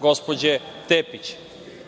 gospođe Tepić.